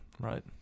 right